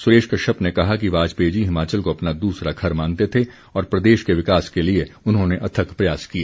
सुरेश कश्यप ने कहा कि वाजपेयी जी हिमाचल को अपना दूसरा घर मानते थे और प्रदेश के विकास के लिए उन्होंने अथक प्रयास किए